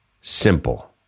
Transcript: simple